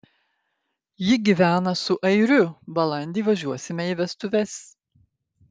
ji gyvena su airiu balandį važiuosime į vestuves